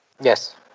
Yes